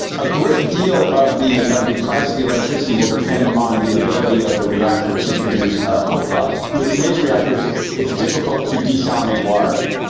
a great deal of the of the price of electricity will depend on the ability of the reactor to produce co-products. with today's reactors it's difficult to desalinate water.